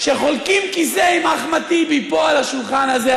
שחולקים כיסא עם אחמד טיבי פה על השולחן הזה,